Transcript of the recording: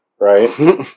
Right